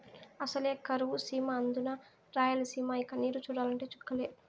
అసలే కరువు సీమ అందునా రాయలసీమ ఇక నీరు చూడాలంటే చుక్కలే